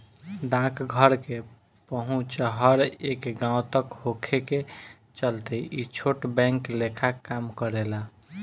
डाकघर के पहुंच हर एक गांव तक होखे के चलते ई छोट बैंक लेखा काम करेला